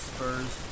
Spurs